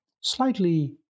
slightly